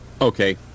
Okay